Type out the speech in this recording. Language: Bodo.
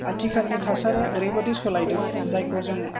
आथिखालानि थासारिया ओरैबादि सोलायदों जायखौ जों